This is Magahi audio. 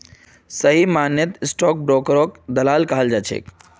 सही मायनेत स्टाक ब्रोकरक दलाल कहाल जा छे